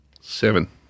Seven